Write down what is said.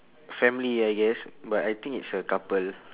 family I guess but I think it's a couple